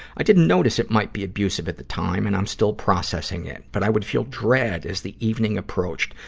i didn't notice it might be abusive at the time and i'm still processing it. but i would feel dread as the evening approached,